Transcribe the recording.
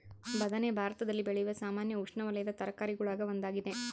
ಬದನೆ ಭಾರತದಲ್ಲಿ ಬೆಳೆಯುವ ಸಾಮಾನ್ಯ ಉಷ್ಣವಲಯದ ತರಕಾರಿಗುಳಾಗ ಒಂದಾಗಿದೆ